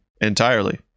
entirely